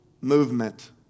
movement